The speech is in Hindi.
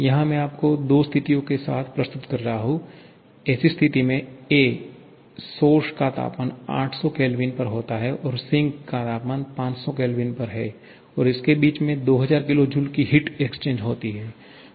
यहाँ मैं आपको दो स्थितियों के साथ प्रस्तुत कर रहा हूं ऐसी स्थिति में a सोर्स का तापमान 800K पर होता है और सिंक का तापमान 500K पर है और इसके बीचमे 2000kJ की हीट एक्सचेंज होती है